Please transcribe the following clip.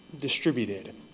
distributed